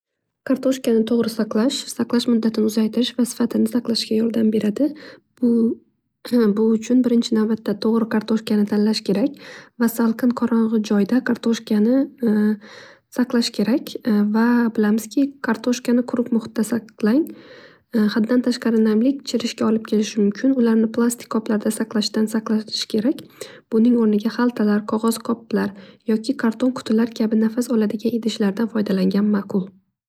﻿Kartoshgani toʻgʻri saqlash, saqlash muddatini uzaytirish va sifatini saqlashga yordam beradi. Bu bu uchun birinchi navbatda toʻgʻri kartoshkani tanlash kerak va salqin qorongʻi joyda kartoshkani saqlash kerak va bilamizki kartoshgani quruq muhitda saqlang. Haddan tashqari namlik chirishga olib kelishi mumkin. Ularni plastik qoplarda saqlashdan saqlashish kerak. Buning oʻrniga xaltalar, qog'oz qoplar yoki qarton qutilar kabi nafas oladigan idishlardan foydalangan ma'qul.